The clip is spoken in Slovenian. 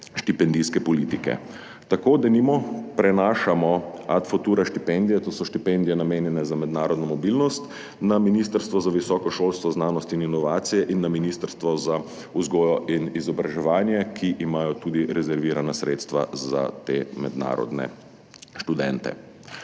štipendijske politike. Tako denimo prenašamo Ad futura štipendije, to so štipendije, namenjene za mednarodno mobilnost, na Ministrstvo za visoko šolstvo, znanost in inovacije in na Ministrstvo za vzgojo in izobraževanje, ki imajo tudi rezervirana sredstva za te mednarodne študente.